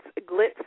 glitz